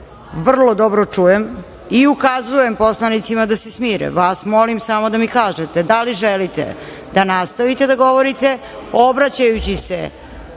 vrlo dobro čujem i ukazujem poslanicima da se smire. Vas molim samo da mi kažete – da li želite da nastavite da govorite obraćajući se